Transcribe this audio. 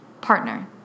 Partner